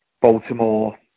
baltimore